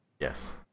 Yes